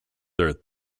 their